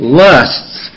lusts